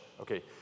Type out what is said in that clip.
Okay